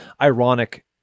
ironic